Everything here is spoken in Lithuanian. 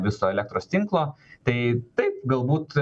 viso elektros tinklo tai taip galbūt